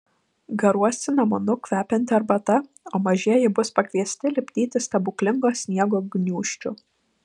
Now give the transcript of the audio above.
garuos cinamonu kvepianti arbata o mažieji bus pakviesti lipdyti stebuklingo sniego gniūžčių